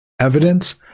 Evidence